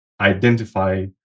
identify